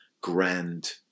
grand